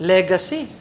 Legacy